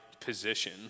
position